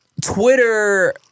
twitter